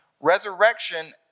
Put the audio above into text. Resurrection